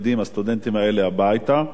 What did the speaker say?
הסטודנטים האלה, הביתה.